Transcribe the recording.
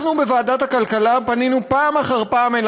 אנחנו בוועדת הכלכלה פנינו פעם אחר פעם אל